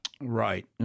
Right